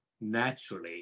naturally